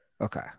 Okay